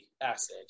acid